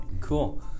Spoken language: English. cool